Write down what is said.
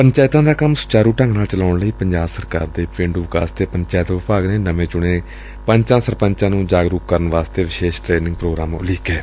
ਪੰਚਾਇਤਾਂ ਦਾ ਕੰਮ ਸੁਚਾਰੂ ਢੰਗ ਨਾਲ ਚਲਾਉਣ ਲਈ ਪੰਜਾਬ ਸਰਕਾਰ ਦੇ ਪੇਂਡੂ ਵਿਕਾਸ ਅਤੇ ਪੰਚਾਇਤ ਵਿਭਾਗ ਨੇ ਨਵੇਂ ਚੁਣੇ ਗਏ ਪੰਚਾਂ ਸਰਪੰਚਾਂ ਨੂੰ ਜਾਗਰੂਕ ਕਰਨ ਲਈ ਵਿਸ਼ੇਸ਼ ਟਰੇਨੰਗ ਪ੍ਰੋਗਰਾਮ ਉਲੀਕਿਐ